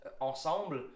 ensemble